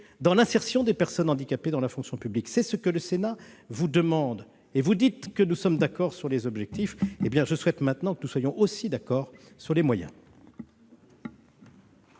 dans l'insertion des personnes handicapées dans la fonction publique. C'est ce que le Sénat vous demande. Vous dites que nous sommes d'accord sur les objectifs ; eh bien, je souhaite maintenant que nous soyons aussi d'accord sur les moyens